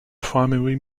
primary